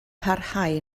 parhau